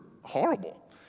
horrible